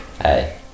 Hey